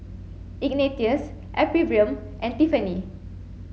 Ignatius Ephriam and Tiffanie